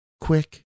quick